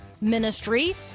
ministry